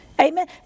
Amen